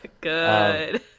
Good